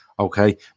Okay